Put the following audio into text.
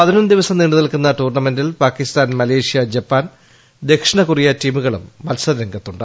പതിനൊന്ന് ദിവസം നീണ്ടു നിൽക്കുന്ന് ടൂർണമെന്റിൽ പാക്കിസ്ഥാൻ മലേഷ്യ ജപ്പാൻ ദക്ഷിണ കൊറിയ ടീമുകളും മത്സര രംഗത്തുണ്ട്